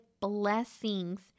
blessings